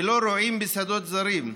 ולא רועים בשדות זרים,